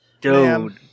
Dude